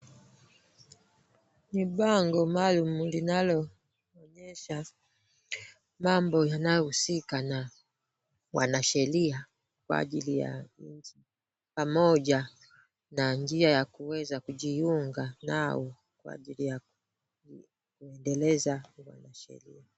Ni bango maalum linaloonyesha mambo yanayohusuka na wanasheria kwa ajili na nchi pamoja na njia ya kuweza kujiunga nao kwa ajili ya kuendeleza uanasheria.